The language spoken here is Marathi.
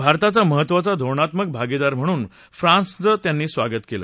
भारताचा महत्वाचा धोरणात्मक भागीदार म्हणून फ्रांन्सचं त्यांनी स्वागत केलं